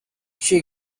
she